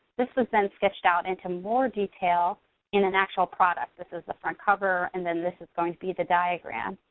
this is then sketched out into more detail in an actual product. this is the front cover and then this is going to be the diagram.